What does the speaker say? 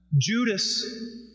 Judas